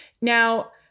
Now